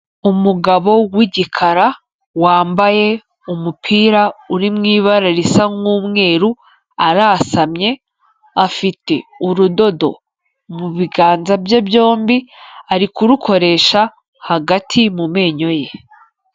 Umugabo w'igikara wambaye umupira uri mu ibara risa nk'umweru, arasamye afite urudodo mu biganza bye byombi ari kurukoresha hagati mu menyo ye.